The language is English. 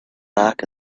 back